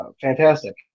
fantastic